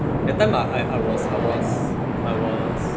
at times I I I was I was I was